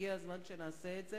הגיע הזמן שנעשה את זה,